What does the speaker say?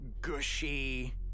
gushy